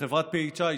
חברת PHI,